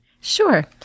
Sure